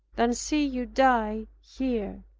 than see you die here.